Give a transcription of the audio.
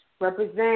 represent